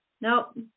Nope